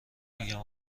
میگم